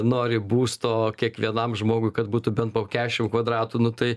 nori būsto kiekvienam žmogui kad būtų bent po kiašim kvadratų nu tai